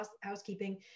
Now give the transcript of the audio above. Housekeeping